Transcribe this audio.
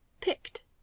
picked